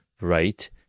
right